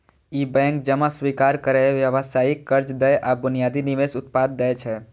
ई bank जमा स्वीकार करै, व्यावसायिक कर्ज दै आ बुनियादी निवेश उत्पाद दै छै